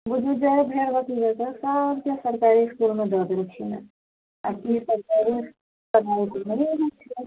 बुझूजे भेड़ बकरी जकाँ सबके सरकारी इसकुलमे दऽ देलखिनए आओर कि सरकारी इसकुलके हाल अहाँ नहि जानै छिए